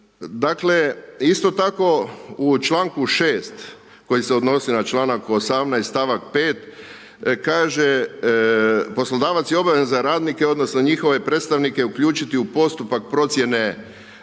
Dakle, isto tako u članku 6. koji se odnosi na članak 18. stavak 5. kaže – poslodavac je obavezan radnike odnosno, njihove predstavnike uključiti u postupak procjene rizika